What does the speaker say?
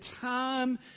time